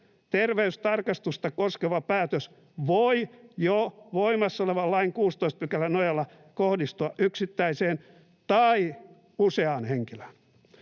terveystarkastusta koskeva päätös voi jo voimassa olevan lain 16 §:n nojalla kohdistua yksittäiseen tai useaan henkilöön.”